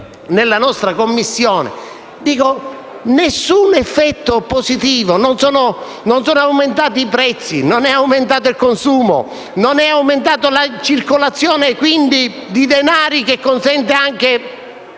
esaminati in Commissione. Non c'è alcun effetto positivo: non sono aumentati i prezzi, non è aumentato il consumo e non è aumentata la circolazione di denari, che consentirebbe anche